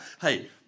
hey